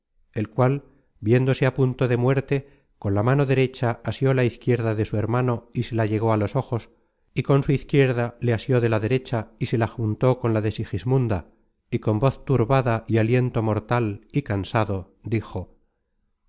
el cual viéndose á punto de muerte con la mano derecha asió la izquierda de su hermano y se la llegó á los ojos y con su izquierda le asió de la derecha y se la juntó con la de sigismunda y con voz turbada y aliento mortal y cansado dijo